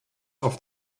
auf